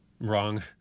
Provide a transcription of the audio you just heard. wrong